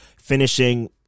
finishing